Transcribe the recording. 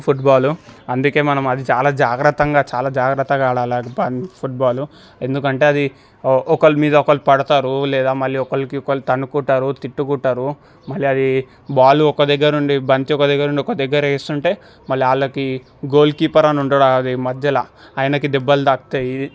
football అందుకే మనం అది చాలా జాగ్రత్తంగా చాలా జాగ్రత్తగా ఆడాలా పం ఫుడ్బాలు ఎందుకంటే అది ఓ ఒకలు మీద ఒకలు పడతారు లేదా మళ్ళీ ఒకలికి ఒకలు తన్నుకుంటారు తిట్టుకుంటారు మళ్ళీ అదీ బాలు ఒక దగ్గరుండి బంతి ఒక దగ్గరుండి ఒక దగ్గరికేస్తుంటే మళ్ళీ ఆళ్ళకి గోల్కీపర్ అనుంటాడు అది మధ్యలా ఆయనకి దెబ్బలు తాకుతాయి